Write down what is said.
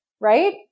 right